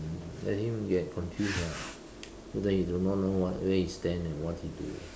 um let him get confused ah so that he do not know what where he stand and what he do